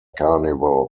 carnival